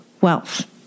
wealth